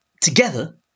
Together